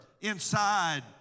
inside